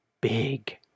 big